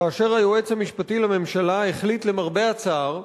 כאשר היועץ המשפטי לממשלה החליט, למרבה הצער,